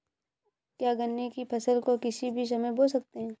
क्या गन्ने की फसल को किसी भी समय बो सकते हैं?